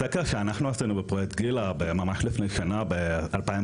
סקר שאנחנו עשינו בפרויקט גילה ממש לפני שנה ב-2022,